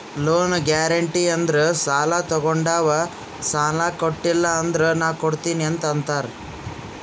loan guarantee ಅಂದುರ್ ಸಾಲಾ ತೊಗೊಂಡಾವ್ ಸಾಲಾ ಕೊಟಿಲ್ಲ ಅಂದುರ್ ನಾ ಕೊಡ್ತೀನಿ ಅಂತ್ ಅಂತಾರ್